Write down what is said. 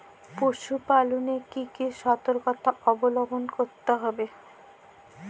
পশুপালন এ কি কি সর্তকতা অবলম্বন করতে হবে?